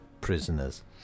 prisoners